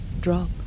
drop